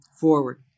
forward